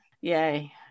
Yay